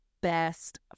best